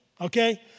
okay